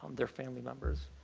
their family members.